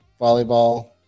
volleyball